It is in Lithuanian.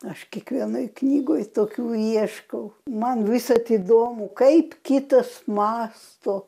aš kiekvienoj knygoj tokių ieškau man visad įdomu kaip kitas mąsto